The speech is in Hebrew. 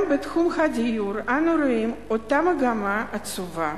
גם בתחום הדיור אנו רואים אותה מגמה עצובה.